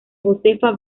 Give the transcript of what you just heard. josefa